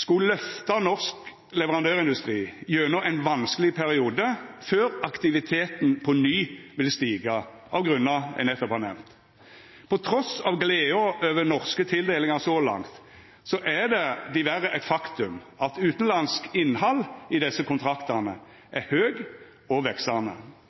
skulle løfta norsk leverandørindustri gjennom ein vanskeleg periode før aktiviteten på ny ville stiga av grunnar eg nettopp har nemnt. Trass i gleda over norske tildelingar så langt er det diverre eit faktum at utanlandsk innhald i desse kontraktane er høgt og veksande,